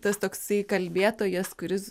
tas toksai kalbėtojas kuris